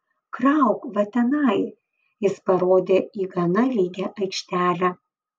krauk va tenai jis parodė į gana lygią aikštelę